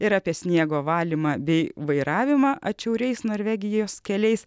ir apie sniego valymą bei vairavimą atšiauriais norvegijos keliais